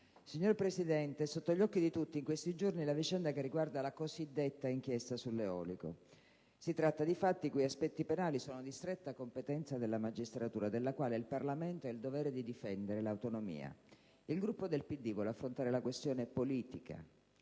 «Signor Presidente, è sotto gli occhi di tutti, in questi giorni, la vicenda che riguarda la cosiddetta inchiesta sull'eolico. Si tratta di fatti i cui aspetti penali sono di stretta competenza della magistratura della quale il Parlamento ha il dovere di difendere l'autonomia. Il Gruppo del PD vuole affrontare la questione politica